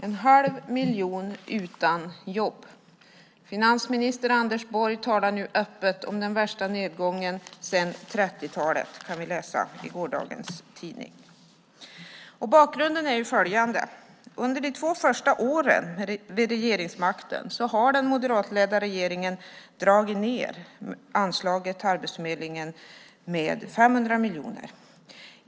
En halv miljon utan jobb - finansminister Anders Borg talar nu öppet om den värsta nedgången sedan 30-talet. Det kan vi läsa i gårdagens tidning. Bakgrunden är följande. Under de två första åren vid regeringsmakten har den moderatledda regeringen dragit ned anslaget till Arbetsförmedlingen med 500 miljoner.